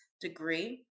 degree